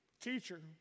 Teacher